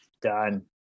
Done